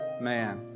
Man